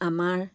আমাৰ